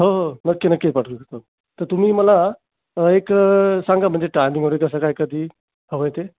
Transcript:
हो हो नक्की नक्की पाठवून देतो तर तुम्ही मला एक सांगा म्हणजे टाईमिंग वगैरे कसं काय कधी हवं आहे ते